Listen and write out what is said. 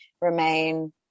remain